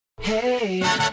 Hey